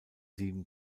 sieben